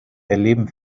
erleben